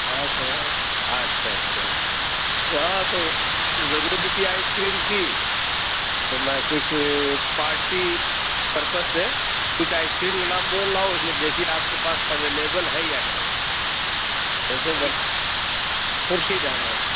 خاص ہے اچھا اچھا ہاں تو ضرورت بھی تھی آئس کریم کی تو میں کچھ پارٹی پرپز سے کچھ آئس کریم کا نام بول رہا ہوں اِس میں دیکھیے آپ کے پاس اویلیبل ہے یا نہیں جیسے بٹ خورشید احمد